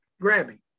grabbing